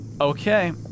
Okay